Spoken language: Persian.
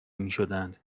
میشدند